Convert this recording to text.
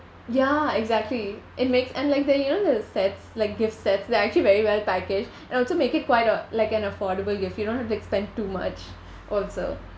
ya exactly it makes and like they you know the sets like gift sets they are actually very well packaged and also make it quite a like an affordable gift you don't have to spend too much also